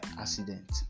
accident